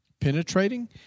penetrating